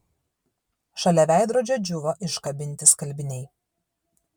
šalia veidrodžio džiūvo iškabinti skalbiniai